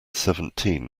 seventeen